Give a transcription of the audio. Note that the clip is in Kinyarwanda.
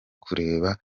kureba